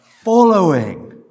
following